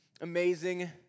amazing